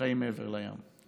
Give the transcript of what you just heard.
שחיים מעבר לים.